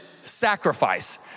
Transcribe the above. sacrifice